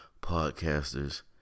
podcasters